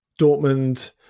Dortmund